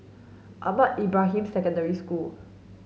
Ahmad Ibrahim Secondary School